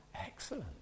excellent